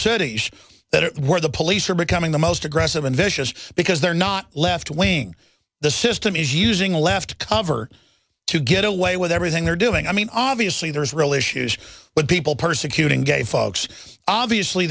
city that it where the police are becoming the most aggressive and vicious because they're not left wing the system is using left cover to get away with everything they're doing i mean obviously there's real issues but people persecuting gay folks obviously